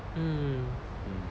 mm